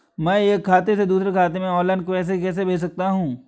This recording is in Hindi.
मैं एक खाते से दूसरे खाते में ऑनलाइन पैसे कैसे भेज सकता हूँ?